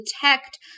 detect